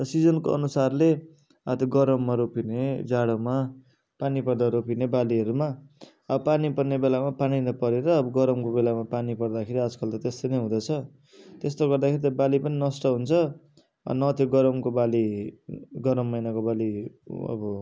र सिजनको अनुसारले त्यो गरममा रोप्यो भने जाडोमा पानी पर्दा रोपिने बालीहरूमा पानी पर्ने बेलामा पानी नपरेर अब गरमको बेलामा पानी पर्दाखेरि आज कल त त्यस्तै नै हुँदछ त्यस्तो गर्दाखेरि त्यो बाली पनि नष्ट हुन्छ न त्यो गरमको बाली गरम महिनाको बाली अब